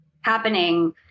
happening